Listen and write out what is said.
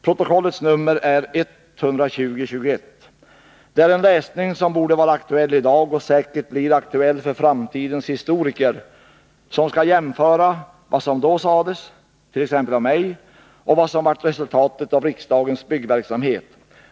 Protokollens nummer är 120 och 121. Det är en läsning som borde vara aktuell i dag och säkert blir aktuell för framtidens historiker, som skall jämföra vad som då sades —t.ex. av mig — med vad som blev resultatet av riksdagens byggverksamhet.